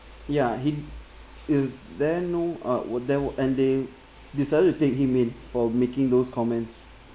ya he is there no uh were there were and they decided to take him in for making those comments